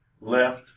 left